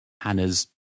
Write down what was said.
Hannah's